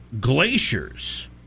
glaciers